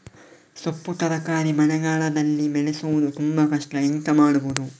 ಸೊಪ್ಪು ತರಕಾರಿ ಮಳೆಗಾಲದಲ್ಲಿ ಬೆಳೆಸುವುದು ತುಂಬಾ ಕಷ್ಟ ಎಂತ ಮಾಡಬಹುದು?